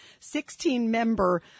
16-member